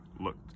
looked